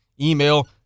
email